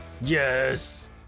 Yes